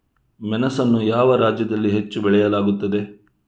ಮೆಣಸನ್ನು ಯಾವ ರಾಜ್ಯದಲ್ಲಿ ಹೆಚ್ಚು ಬೆಳೆಯಲಾಗುತ್ತದೆ?